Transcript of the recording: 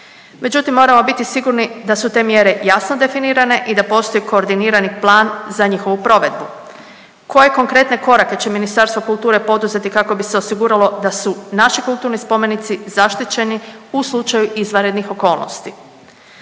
Međutim, moramo biti sigurni da su te mjere jasno definirane i da postoji koordinirani plan za njihovu provedbu. Koje konkretne korake će Ministarstvo kulture poduzeti kako bi se osiguralo da su naši kulturni spomenici zaštićeni u slučaju izvanrednih okolnosti?